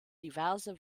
diverse